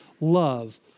love